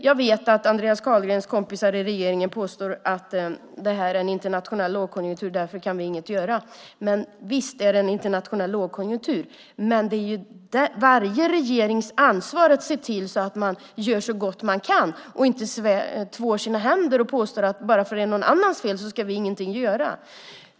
Jag vet att Andreas Carlgrens kompisar i regeringen påstår att det här är en internationell lågkonjunktur och därför kan de inget göra. Visst är det en internationell lågkonjunktur, men det är varje regerings ansvar att se till att man gör så gott man kan och inte tvår sina händer och påstår att bara för att det är någon annans fel ska man ingenting göra.